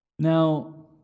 Now